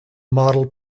model